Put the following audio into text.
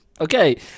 Okay